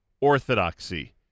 Orthodoxy